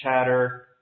chatter